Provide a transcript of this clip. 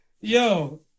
Yo